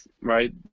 right